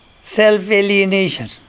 self-alienation